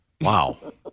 wow